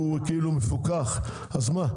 כביכול מפוקח, אז מה?